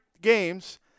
games